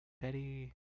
Betty